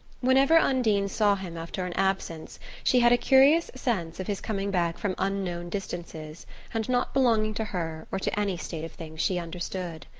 whenever undine saw him after an absence she had a curious sense of his coming back from unknown distances and not belonging to her or to any state of things she understood.